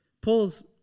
Paul's